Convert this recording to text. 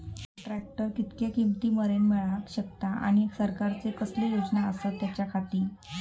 Tractor कितक्या किमती मरेन मेळाक शकता आनी सरकारचे कसले योजना आसत त्याच्याखाती?